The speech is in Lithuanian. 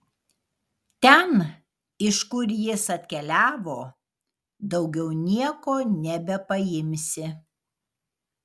ten iš kur jis atkeliavo daugiau nieko nebepaimsi